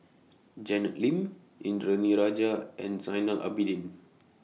Janet Lim Indranee Rajah and Zainal Abidin